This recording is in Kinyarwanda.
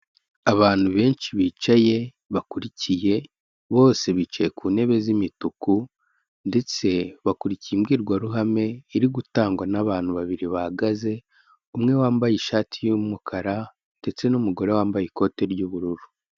Abantu benshi bicaye bakurikiye, bose bicaye ku ntebe z'imituku, ndetse bakurikiye imbwirwaruhame iri gutangwa n'abantu babiri bahagaze, umwe wambaye ishati y'umukara ndetse n'umugore wambaye ikote ry'ubururu.